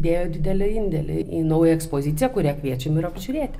dėjo didelį indėlį į naują ekspoziciją kurią kviečiam ir apžiūrėti